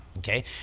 Okay